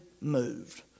moved